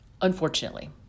Unfortunately